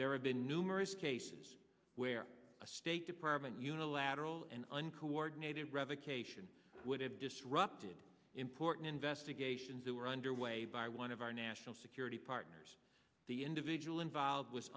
there have been numerous cases where a state department unilateral and uncoordinated revocation would have disrupted important investigations that were underway by one of our national security partners the individual involved was